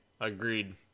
agreed